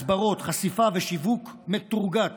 הסברות, חשיפה ושיווק מטורגט